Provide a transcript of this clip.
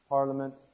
Parliament